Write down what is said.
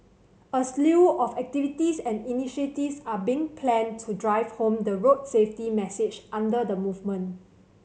a slew of activities and initiatives are being planned to drive home the road safety message under the movement